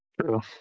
True